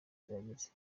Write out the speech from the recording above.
kirageze